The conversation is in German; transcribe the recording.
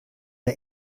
der